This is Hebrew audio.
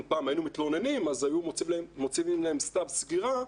היינו מתלוננים אז היו מוציאים להם צו סגירה,